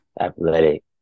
Athletic